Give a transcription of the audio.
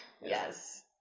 yes